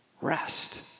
Rest